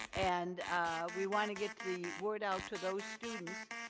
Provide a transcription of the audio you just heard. and we want to get the word out to those students.